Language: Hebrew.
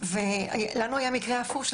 לנו היה מקרה הפוך.